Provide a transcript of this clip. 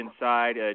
inside